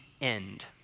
end